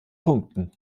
punkten